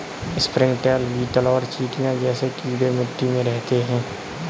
springtail, beetle और चींटियां जैसे कीड़े मिट्टी में रहते हैं